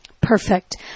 Perfect